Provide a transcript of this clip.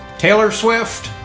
taylor swift